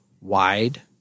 wide